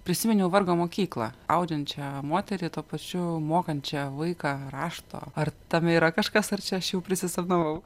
prisiminiau vargo mokyklą audžiančią moterį tuo pačiu mokančią vaiką rašto ar tame yra kažkas ar čia aš jau prisisapnavau